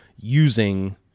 using